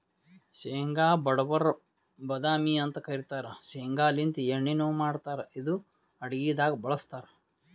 ಶೇಂಗಾ ಬಡವರ್ ಬಾದಾಮಿ ಅಂತ್ ಕರಿತಾರ್ ಶೇಂಗಾಲಿಂತ್ ಎಣ್ಣಿನು ಮಾಡ್ತಾರ್ ಇದು ಅಡಗಿದಾಗ್ ಬಳಸ್ತಾರ್